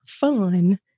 fun